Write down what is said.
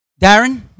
Darren